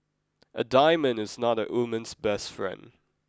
a diamond is not a woman's best friend